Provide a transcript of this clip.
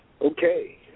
Okay